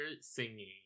singing